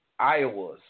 Iowas